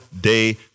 day